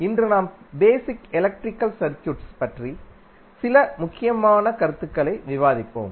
இன்று நாம் basic electrical சர்க்யூட்கள் பற்றி சில முக்கிய கருத்துகளைப் விவாதிப்போம்